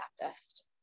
Baptist